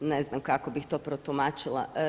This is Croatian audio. Ne znam kako bih to protumačila.